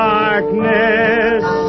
darkness